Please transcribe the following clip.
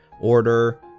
order